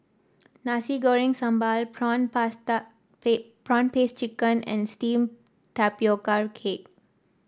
Nasi Goreng Sambal prawn prwan paste chicken and steam Tapioca Cake